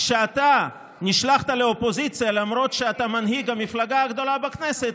כשאתה נשלחת לאופוזיציה למרות שאתה מנהיג המפלגה הגדולה בכנסת,